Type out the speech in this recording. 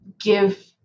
give